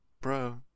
Bro